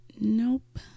Nope